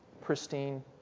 pristine